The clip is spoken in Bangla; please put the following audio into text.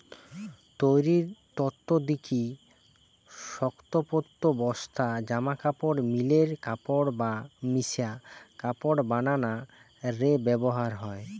তৈরির তন্তু দিকি শক্তপোক্ত বস্তা, জামাকাপড়, মিলের কাপড় বা মিশা কাপড় বানানা রে ব্যবহার হয়